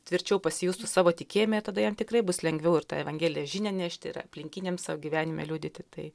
tvirčiau pasijustų savo tikėjime ir tada jam tikrai bus lengviau ir tą evangelijos žinią nešti ir aplinkiniams savo gyvenime liudyti tai